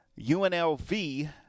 UNLV